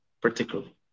particularly